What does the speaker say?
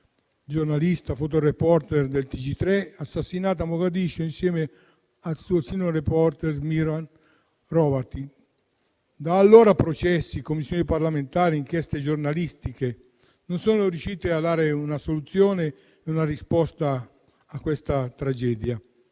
giornalista, fotoreporter del TG3, assassinata a Mogadiscio insieme al suo operatore Miran Hrovatin. Da allora, processi, Commissioni parlamentari e inchieste giornalistiche non sono riusciti a dare una soluzione e una risposta a questa tragedia.